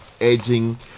edging